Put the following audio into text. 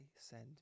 send